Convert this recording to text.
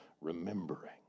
remembering